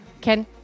Ken